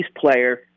player